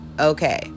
okay